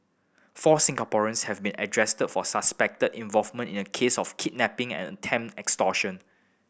four Singaporeans have been arrested for suspected involvement in a case of kidnapping and attempt extortion